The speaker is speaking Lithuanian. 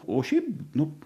o šiaip nu